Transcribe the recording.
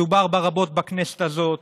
שדובר בה רבות בכנסת הזאת,